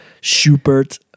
Schubert